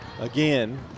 again